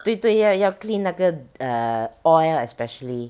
对对要要 clean 那个 err oil especially